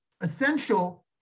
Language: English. essential